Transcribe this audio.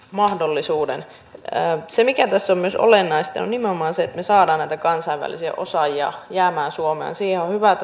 mahdollisuuden että se mikä tässä myös olennaisten nimenomaan se saa levätä kansainvälisiä osaajia jäämään suomeen sijaan vaati